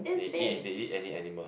they eat they eat any animal